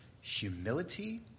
humility